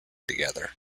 together